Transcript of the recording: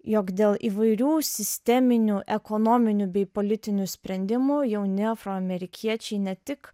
jog dėl įvairių sisteminių ekonominių bei politinių sprendimų jauni afroamerikiečiai ne tik